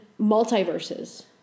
multiverses